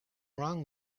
wrong